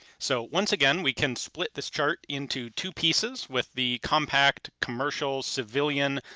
so once again we can split this chart into two pieces with the compact, commercial, civilian,